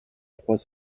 trois